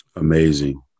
Amazing